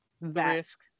risk